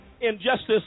Injustice